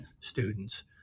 students